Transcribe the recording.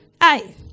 Aye